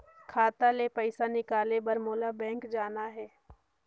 खाता ले पइसा निकाले बर मोला बैंक जाना हे?